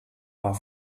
war